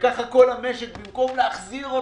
וככה כל המשק, במקום להחזיר אותו.